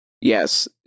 Yes